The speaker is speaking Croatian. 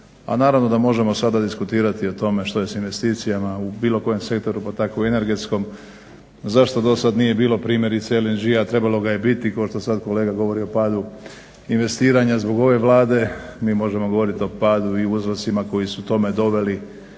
a naravno da možemo sada diskutirati o tome što je s investicijama u bilo kojem sektoru pa tako i energetskom, zašto dosad nije bilo primjerice LNG-a, trebao ga je biti, kao što sad kolega govori o padu investiranja zbog ove Vlade. Mi možemo govoriti o padu i uzrocima koji su tome doveli